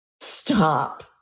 Stop